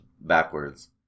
backwards